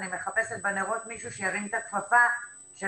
אני מחפשת בנרות מישהו שירים את הכפפה של